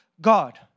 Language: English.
God